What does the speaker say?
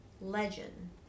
legend